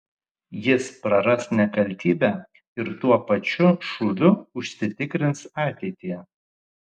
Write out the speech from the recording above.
jis praras nekaltybę ir tuo pačiu šūviu užsitikrins ateitį